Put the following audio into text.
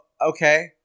okay